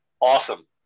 awesome